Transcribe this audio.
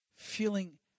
Feeling